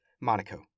Monaco